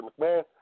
McMahon